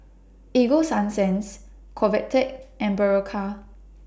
Ego Sunsense Convatec and Berocca